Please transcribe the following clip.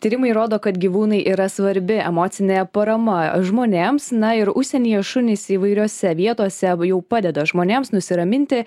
tyrimai rodo kad gyvūnai yra svarbi emocinė parama žmonėms na ir užsienyje šunys įvairiose vietose jau padeda žmonėms nusiraminti